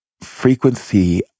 frequency